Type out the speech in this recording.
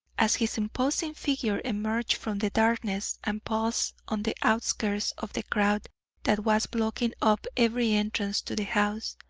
as his imposing figure emerged from the darkness and paused on the outskirts of the crowd that was blocking up every entrance to the house,